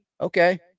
okay